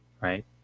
right